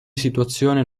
situazione